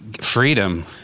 Freedom